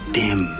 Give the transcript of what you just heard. dim